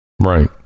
right